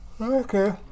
okay